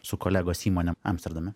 su kolegos įmonėm amsterdame